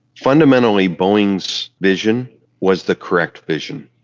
fundamentally boeing's vision was the correct vision,